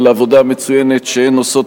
על עבודה מצוינת שהן עושות,